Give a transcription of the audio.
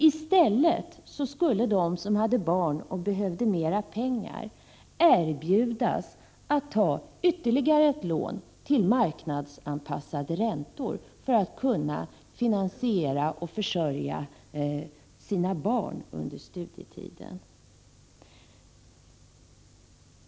I stället skulle de som hade barn och behövde mera pengar erbjudas att ta ytterligare ett lån till marknadsanpassade räntor för att kunna försörja sina barn under studietiden.